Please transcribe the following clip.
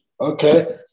Okay